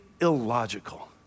illogical